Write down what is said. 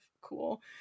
cool